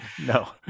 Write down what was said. No